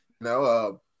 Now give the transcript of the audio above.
No